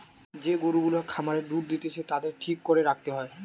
যে গরু গুলা খামারে দুধ দিতেছে তাদের ঠিক করে রাখতে হয়